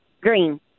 Green